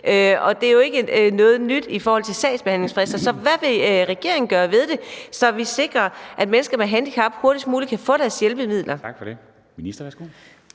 er det jo ikke noget nyt. Så hvad vil regeringen gøre ved det, så vi sikrer, at mennesker med handicap hurtigst muligt kan få deres hjælpemidler?